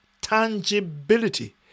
tangibility